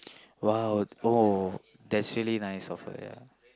!wow! oh that's really nice of her ya